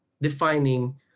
defining